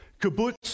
kibbutz